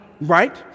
Right